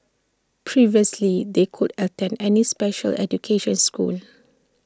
previously they could attend any special education schools